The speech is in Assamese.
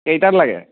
কেইটাত লাগে